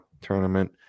tournament